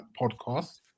podcast